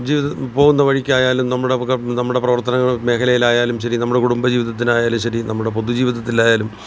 ജീവിതം പോകുന്ന വഴിക്കായാലും നമ്മുടെ ക നമ്മുടെ പ്രവർത്തനങ്ങൾ മേഖലയിലായാലും ശരി നമ്മളെ കുടുംബ ജീവിതത്തിനായാലും ശരി നമ്മുടെ പൊതു ജീവിതത്തിലായാലും